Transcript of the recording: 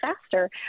faster